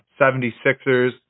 76ers